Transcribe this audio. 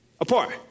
apart